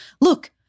Look